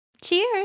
Cheers